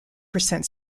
percent